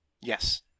Yes